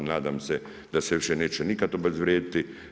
Nadam se da se više neće nikad obezvrijediti.